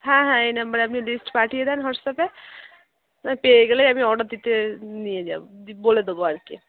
হ্যাঁ হ্যাঁ এই নাম্বারে আপনি লিস্ট পাঠিয়ে দেন হোয়াটস্যাপে পেয়ে গেলেই আমি অর্ডার দিতে নিয়ে যাব বলে দেব আর কি